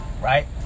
right